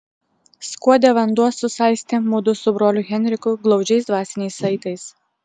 skuode vanduo susaistė mudu su broliu henriku glaudžiais dvasiniais saitais